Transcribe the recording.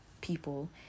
people